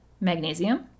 magnesium